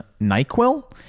nyquil